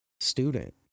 student